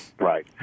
Right